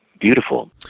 beautiful